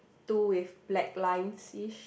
two with black lines-ish